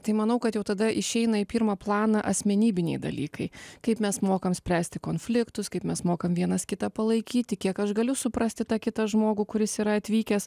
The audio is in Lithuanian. tai manau kad jau tada išeina į pirmą planą asmenybiniai dalykai kaip mes mokam spręsti konfliktus kaip mes mokam vienas kitą palaikyti kiek aš galiu suprasti tą kitą žmogų kuris yra atvykęs